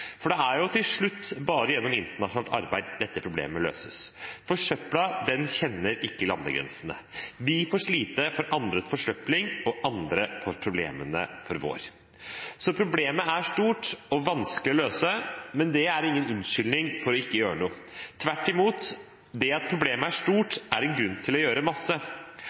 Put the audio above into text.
Det er til slutt bare gjennom internasjonalt arbeid dette problemet kan løses, for søpla kjenner ikke landegrensene. Vi får slite med andres forsøpling, og andre får problemene med vår. Problemet er stort og vanskelig å løse, men det er ingen unnskyldning for ikke å gjøre noe. Tvert imot – det at problemet er stort, er en grunn til å gjøre